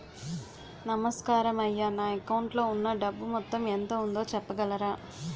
నమస్కారం అయ్యా నా అకౌంట్ లో ఉన్నా డబ్బు మొత్తం ఎంత ఉందో చెప్పగలరా?